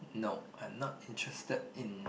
no I'm not interested in